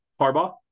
Harbaugh